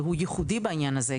והוא ייחודי בעניין הזה,